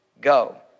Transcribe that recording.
Go